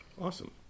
awesome